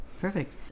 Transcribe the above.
perfect